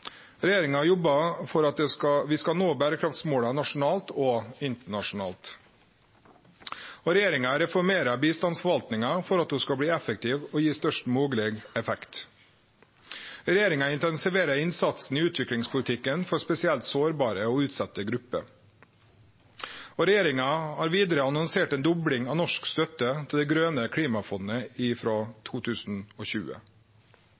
Regjeringa jobbar for at vi skal nå berekraftsmåla nasjonalt og internasjonalt. Regjeringa reformerer bistandsforvaltninga for at ho skal bli effektiv og gi størst mogleg effekt. Regjeringa intensiverer innsatsen i utviklingspolitikken for spesielt sårbare og utsette grupper. Regjeringa har vidare annonsert dobling av norsk støtte til Det grøne klimafondet frå